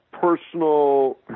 personal